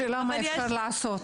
השאלה מה אפשר לעשות.